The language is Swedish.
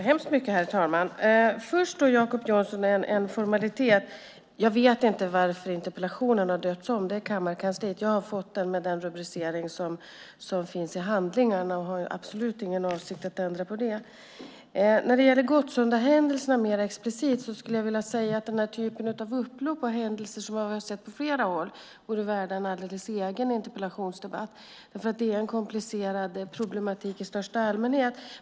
Herr talman! Först, Jacob Johnson, en formalitet. Jag vet inte varför interpellationen har döpts om. Det har gjorts på kammarkansliet. Jag har fått den med den rubricering som finns i handlingarna och har absolut inte haft någon avsikt att ändra den. När det gäller Gottsundahändelserna mer explicit skulle jag vilja säga att den typen av upplopp och händelser som vi har sett på flera håll vore värd en alldeles egen interpellationsdebatt. Det är en komplicerad problematik i största allmänhet.